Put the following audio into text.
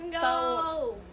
go